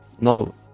no